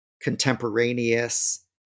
contemporaneous